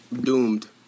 Doomed